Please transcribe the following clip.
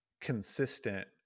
consistent